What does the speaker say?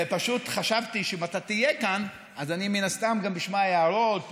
ופשוט חשבתי שאם אתה תהיה כאן אז אני מן הסתם גם אשמע הערות,